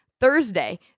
Thursday